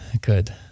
good